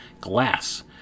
glass